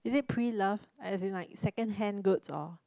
is it pre loved as in like secondhand goods or